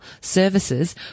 services